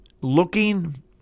looking